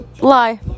Lie